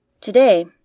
Today